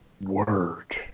Word